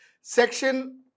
Section